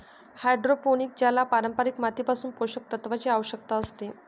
hydroponic ज्याला पारंपारिक मातीपासून पोषक तत्वांची आवश्यकता असते